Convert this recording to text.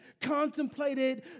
contemplated